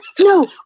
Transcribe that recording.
No